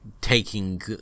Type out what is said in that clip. taking